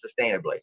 sustainably